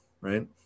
Right